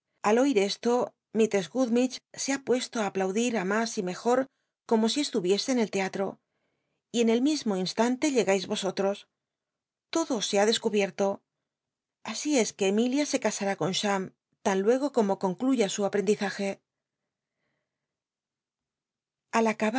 al oit esto misttess gummidge se ha pueslo á aplaudil á mas y mcjot como si estuviese en el teatro y en el mismo instante llcgais vosotros todo se ha deseubietlo así es que emilia se easa ni con cham tan luego como concluya su aprendizaje al